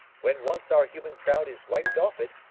when once our human crowd is wiped off it,